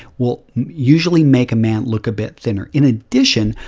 will usually make a man look a bit thinner. in addition,